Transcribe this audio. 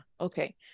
Okay